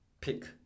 pick